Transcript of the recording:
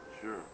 Sure